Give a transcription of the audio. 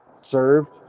served